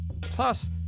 Plus